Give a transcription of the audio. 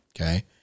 Okay